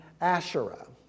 Asherah